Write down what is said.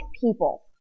people